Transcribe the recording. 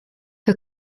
für